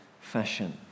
fashion